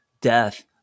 death